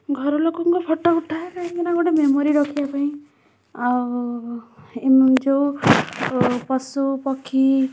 ଘରଲୋକଙ୍କ photo ଉଠାଏ କାହିଁକି ନା ଗୋଟେ ମେମୋରୀ ରଖିବା ପାଇଁ ଆଉ ଯେଉଁ ପଶୁ ପକ୍ଷୀ